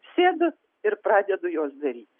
sėdu ir pradedu juos daryt